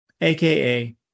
AKA